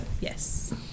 Yes